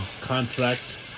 contract